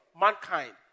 mankind